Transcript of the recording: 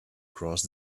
cross